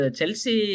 Chelsea